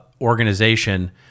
organization